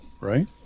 Right